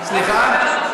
סליחה?